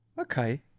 Okay